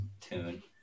tune